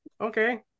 Okay